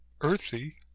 earthy